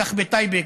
כך בטייבה,